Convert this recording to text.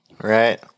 Right